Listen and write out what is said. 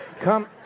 Come